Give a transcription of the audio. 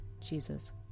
Jesus